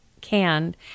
canned